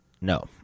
No